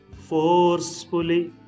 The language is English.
forcefully